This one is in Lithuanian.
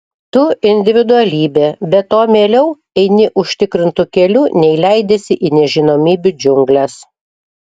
tu individualybė be to mieliau eini užtikrintu keliu nei leidiesi į nežinomybių džiungles